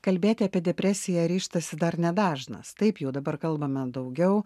kalbėti apie depresiją ryžtasi dar nedažnas taip jau dabar kalbame daugiau